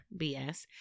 BS